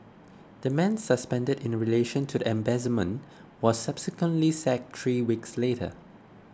the man suspended in relation to the embezzlement was subsequently sacked three weeks later